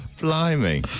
Blimey